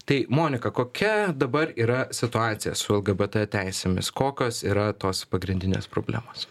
tai monika kokia dabar yra situacija su lgbt teisėmis kokios yra tos pagrindinės problemos